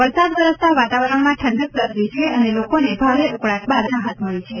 વરસાદ વરસતા વાતાવરણમાં ઠંડક પ્રસરી છે અને લોકોને ભારે ઉકળાટ બાદ રાહત મળી છે